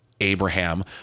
Abraham